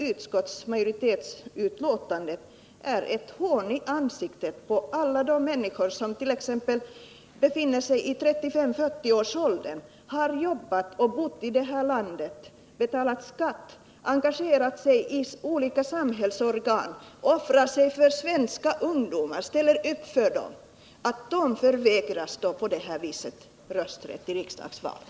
Utskottsmajoritetens betänkande är ett slag i ansiktet på alla de människor som t.ex. befinner sig i 35-40-årsåldern och som har jobbat och bott i detta land, betalt skatt och engagerat sig i olika samhällsorgan samt offrat sig för svenska ungdomar. De förvägras på detta sätt rösträtt i riksdagsvalet.